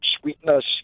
sweetness